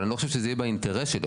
אבל, אני לא חושב שזה יהיה באינטרס שלו.